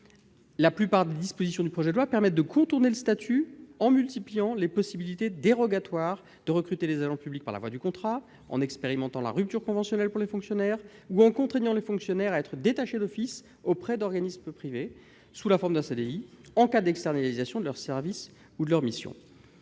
La plupart des dispositions du projet de loi permettent de contourner le statut en multipliant les possibilités dérogatoires de recruter les agents publics par la voie du contrat, en expérimentant la rupture conventionnelle pour les fonctionnaires ou en contraignant les fonctionnaires à être détachés d'office auprès d'organismes privés, sous la forme d'un CDI en cas d'externalisation de leur service ou de leur mission.